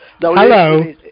hello